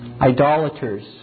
Idolaters